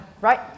Right